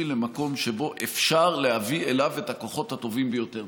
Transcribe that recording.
למקום שבו אפשר להביא אליו את הכוחות הטובים ביותר.